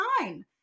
nine